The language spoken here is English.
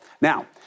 Now